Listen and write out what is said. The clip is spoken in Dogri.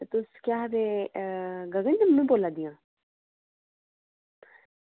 तुस केह् आखदे गगन दी मम्मी बोला दियां